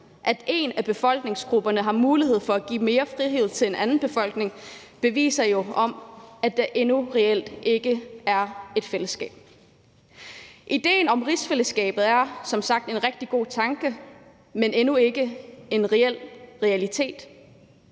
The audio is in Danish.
at en af befolkningsgrupperne har mulighed for at give mere frihed til en anden befolkningsgruppe, beviser jo, at der endnu reelt ikke er et fællesskab. Idéen om rigsfællesskabet er som sagt en rigtig god tanke, men endnu ikke en reel realitet.